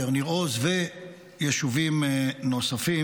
בניר עוז ויישובים נוספים,